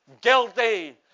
guilty